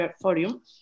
Forum